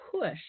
push